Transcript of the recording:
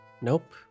Nope